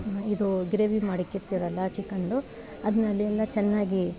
ಇದೂ ಗ್ರೇವಿ ಮಾಡಿಕ್ಕಿರ್ತೀರಲ್ಲ ಚಿಕನ್ದು ಅದನ್ನ ಅಲ್ಲಿಂದ ಚೆನ್ನಾಗಿ